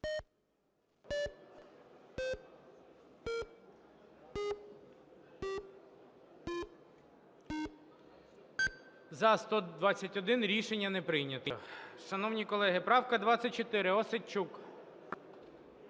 За-121 Рішення не прийнято.